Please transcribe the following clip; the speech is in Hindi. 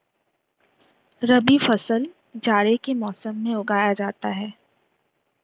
रबी फसल जाड़े के मौसम में उगाया जाता है